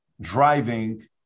driving